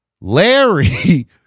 Larry